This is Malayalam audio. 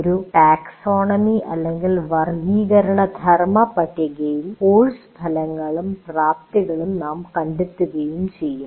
ഒരു ടാക്സോണമിവർഗീകരണധർമ്മ പട്ടികയിൽ കോഴ്സ് ഫലങ്ങളും പ്രാപ്തികളും നാം കണ്ടെത്തുകയും ചെയ്യും